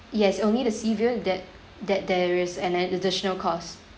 yes only the sea view that that there's an additional cost